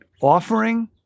offering